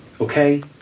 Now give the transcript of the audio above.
okay